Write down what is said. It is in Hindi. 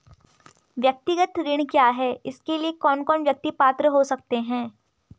व्यक्तिगत ऋण क्या है इसके लिए कौन कौन व्यक्ति पात्र हो सकते हैं?